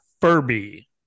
Furby